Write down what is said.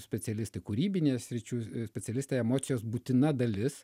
specialistai kūrybinės sričių specialistai emocijos būtina dalis